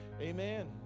amen